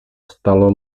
stalo